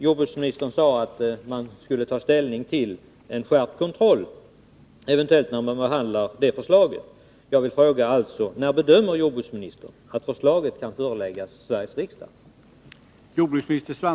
Jordbruksministern sade att man eventuellt skulle ta ställning till en skärpning av kontrollen, när man behandlar förslaget. Jag vill fråga: när bedömer jordbruksministern att förslaget kan föreläggas Sveriges riksdag?